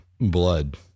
blood